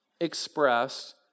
expressed